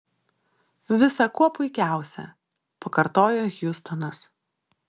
visa kuo puikiausia pakartojo hjustonas